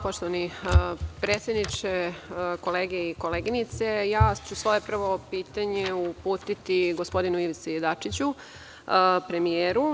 Poštovani predsedniče, koleginice i kolege, ja ću svoje prvo pitanje uputiti gospodinu Ivici Dačiću, premijeru.